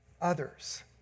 others